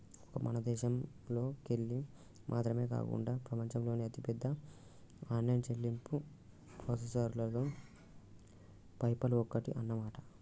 ఒక్క మన దేశంలోకెళ్ళి మాత్రమే కాకుండా ప్రపంచంలోని అతిపెద్ద ఆన్లైన్ చెల్లింపు ప్రాసెసర్లలో పేపాల్ ఒక్కటి అన్నమాట